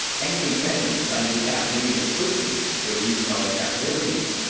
angry families say without media scrutiny, there is no accountability,